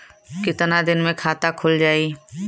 कितना दिन मे खाता खुल जाई?